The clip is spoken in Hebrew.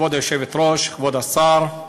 כבוד היושבת-ראש, כבוד השר,